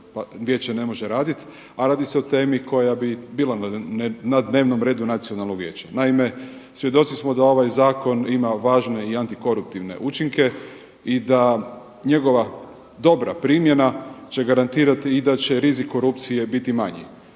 vijeće ne može raditi a radi se o temi koja bi bila na dnevnom redu Nacionalnog vijeća. Naime svjedoci smo da ovaj zakon ima važne i antikorumptivne učinke i da njegova dobra primjena će garantirati i da će rizik korupcije biti manji.